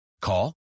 Call